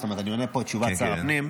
אני עונה פה את תשובת שר הפנים,